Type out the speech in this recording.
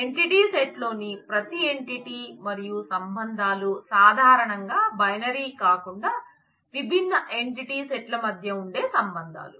entity set లోని ప్రతి entity మరియు సంబంధాలు సాధారణంగా బైనరీ కాకుండా విభిన్న ఎంటిటీ సెట్ ల మధ్య ఉండే సంబంధాలు